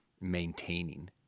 maintaining